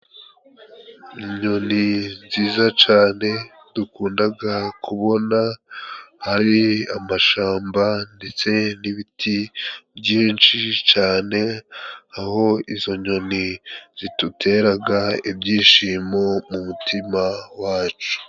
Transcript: Inyoni nziza cane dukundaga kubona hari amashamba ndetse n'ibiti byinshi cane aho izo nyoni ziduteraga ibyishimo mu mutima wacu.